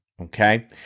Okay